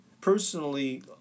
personally